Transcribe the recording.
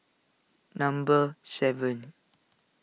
number seven